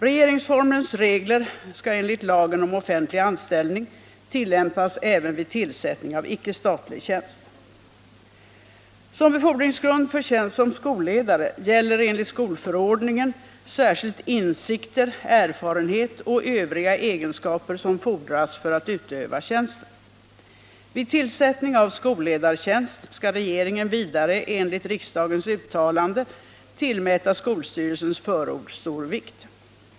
Som befordringsgrund för tjänst som skolledare gäller enligt skolförordningen särskilt insikter, erfarenhet och övriga egenskaper som fordras för att utöva tjänsten. Vid tillsättning av skolledartjänst skall regeringen vidare enligt riksdagens uttalande tillmäta skolstyrelsens förord stor vikt.